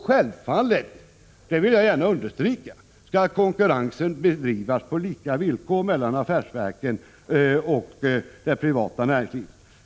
Självfallet, det vill jag gärna understryka, skall konkurrensen bedrivas på lika villkor mellan affärsverken och det privata näringslivet.